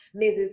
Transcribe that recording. mrs